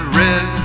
red